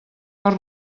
per